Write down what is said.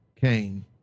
Cain